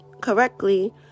correctly